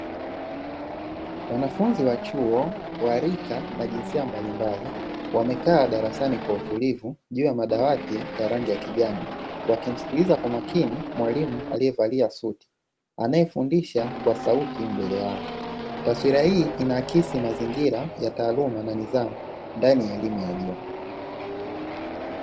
Wanafunzi wa chuo wa rika na jinsia mbalimbali wamekaa darasani kwa utulivu juu ya madawati ya rangi ya kijani, wakimsikiliza kwa makini mwalimu alievalia suti anaefundisha kwa sauti mbele yao taswira hii inaakisi mazingira ya taaluma na nidhamu ndani ya elimu ya juu.